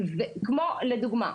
לדוגמה,